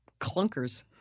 clunkers